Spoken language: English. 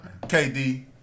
KD